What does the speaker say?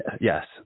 yes